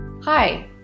Hi